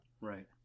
Right